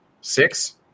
six